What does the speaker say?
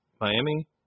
Miami